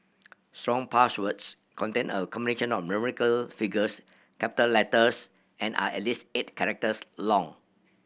strong passwords contain a combination of numerical figures capital letters and are at least eight characters long